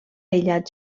aïllat